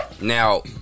Now